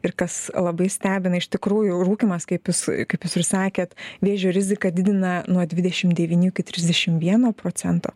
ir kas labai stebina iš tikrųjų rūkymas kaip jūs kaip jūs ir sakėt vėžio riziką didina nuo dvidešim devynių iki trisdešim vieno procento